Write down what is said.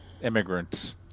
immigrants